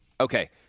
Okay